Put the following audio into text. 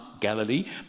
Galilee